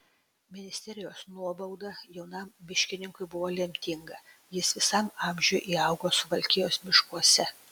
ministerijos nuobauda jaunam miškininkui buvo lemtinga jis visam amžiui įaugo suvalkijos miškuose